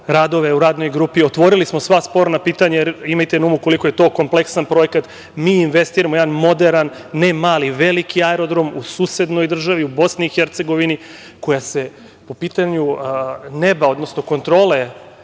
radove u radnoj grupi, otvorili smo sva sporna pitanja, imajte na umu koliko je to kompleksan projekat. Mi investiramo jedan moderan, ne mali, veliki aerodrom u susednoj državi, u Bosni i Hercegovini koji se po pitanju neba, odnosno kontrole